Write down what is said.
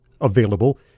available